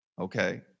Okay